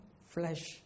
flesh